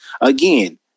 again